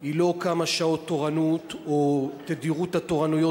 היא לא מספר שעות התורנות או תדירות התורנויות,